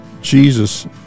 Jesus